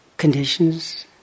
conditions